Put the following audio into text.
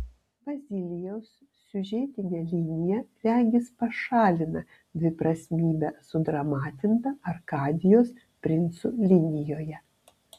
bazilijaus siužetinė linija regis pašalina dviprasmybę sudramatintą arkadijos princų linijoje